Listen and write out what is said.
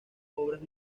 obras